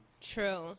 true